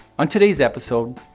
on today's episode,